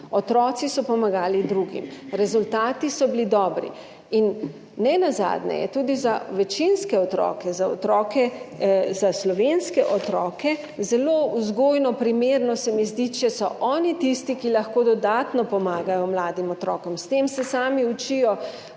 otroci so pomagali drugim, rezultati so bili dobri. Nenazadnje je tudi za večinske otroke, za slovenske otroke zelo vzgojno, primerno, se mi zdi, če so oni tisti, ki lahko dodatno pomagajo mladim, otrokom. S tem se sami učijo